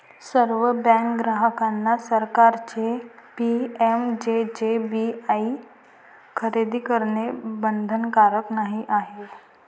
सर्व बँक ग्राहकांना सरकारचे पी.एम.जे.जे.बी.वाई खरेदी करणे बंधनकारक नाही आहे